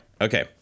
Okay